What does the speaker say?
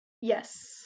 Yes